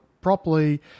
properly